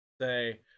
say